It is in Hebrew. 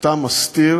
אתה מסתיר